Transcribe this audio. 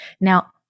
Now